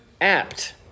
apt